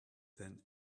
than